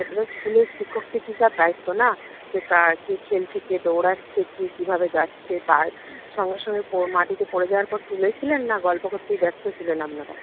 সেটা তো স্কুলের শিক্ষক শিক্ষিকার দায়িত্ব না যে কার কে খেলছে কে দৌড়াচ্ছে কে কীভাবে যাচ্ছে তার সঙ্গে সঙ্গে মাটিতে পড়ে যাওয়ার পর তুলেছিলেন না গল্প করতেই ব্যস্ত ছিলেন আপনারা